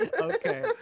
Okay